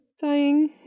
Dying